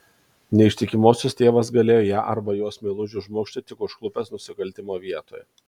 neištikimosios tėvas galėjo ją arba jos meilužį užmušti tik užklupęs nusikaltimo vietoje